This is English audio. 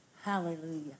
Hallelujah